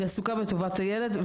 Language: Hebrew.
והיא עסוקה בטובת הילד.